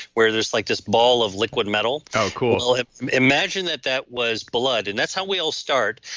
where this like this ball of liquid metal? so cool imagine that that was blood, and that's how we'll start.